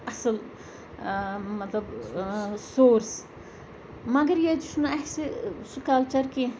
اَصٕل مطلب سورٕس مگر ییٚتہِ چھُنہٕ اَسہِ سُہ کَلچَر کیٚنٛہہ